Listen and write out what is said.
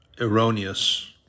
erroneous